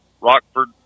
Rockford